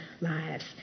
lives